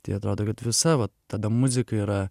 tai atrodo kad visa tada muzika yra